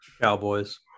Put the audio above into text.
Cowboys